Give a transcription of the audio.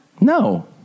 No